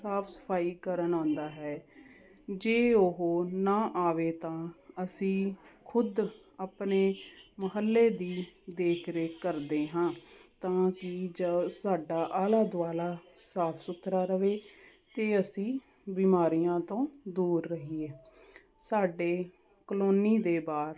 ਸਾਫ ਸਫਾਈ ਕਰਨ ਆਉਂਦਾ ਹੈ ਜੇ ਉਹ ਨਾ ਆਵੇ ਤਾਂ ਅਸੀਂ ਖੁਦ ਆਪਣੇ ਮੁਹੱਲੇ ਦੀ ਦੇਖਰੇਖ ਕਰਦੇ ਹਾਂ ਤਾਂ ਕਿ ਜੋ ਸਾਡਾ ਆਲਾ ਦੁਆਲਾ ਸਾਫ ਸੁਥਰਾ ਰਵੇ ਅਤੇ ਅਸੀਂ ਬਿਮਾਰੀਆਂ ਤੋਂ ਦੂਰ ਰਹੀਏ ਸਾਡੇ ਕਲੋਨੀ ਦੇ ਬਾਹਰ